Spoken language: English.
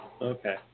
Okay